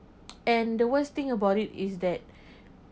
and the worst thing about it is that